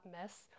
mess